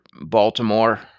Baltimore